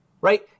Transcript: right